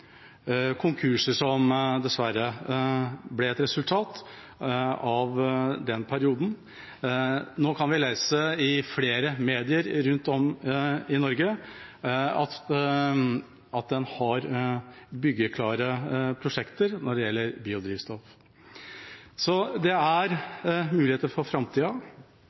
konkurser som dessverre ble et resultat av den perioden. Nå kan vi lese i flere medier rundt om i Norge at en har byggeklare prosjekter når det gjelder biodrivstoff. Så det er muligheter for framtida.